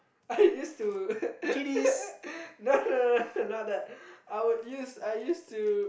I used to no no no not that I would use I used to